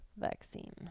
vaccine